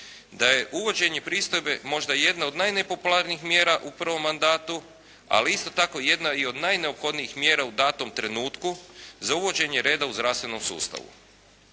da je uvođenje pristojbe možda jedna od najnepopularnijih mjera u prvom mandatu. Ali isto tako i jedna od najneophodnijih mjera u datom trenutku za uvođenje reda u zdravstvenom sustavu.